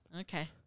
Okay